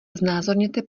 znázorněte